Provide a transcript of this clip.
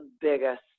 biggest